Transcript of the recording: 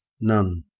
None